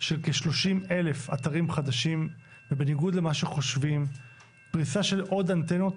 של כ-30 אלף אתרים חדשים ובניגוד למה שחושבים פריסה של עוד אנטנות